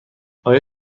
آیا